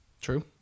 True